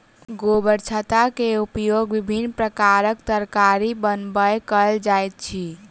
गोबरछत्ता के उपयोग विभिन्न प्रकारक तरकारी बनबय कयल जाइत अछि